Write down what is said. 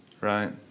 Right